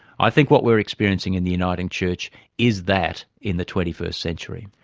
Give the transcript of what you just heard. i think what we're experiencing in the uniting church is that in the twenty first century.